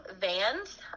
vans